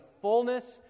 fullness